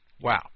Wow